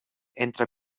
entra